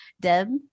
Deb